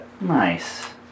Nice